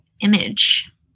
image